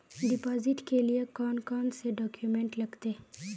Deposit के लिए कौन कौन से डॉक्यूमेंट लगते?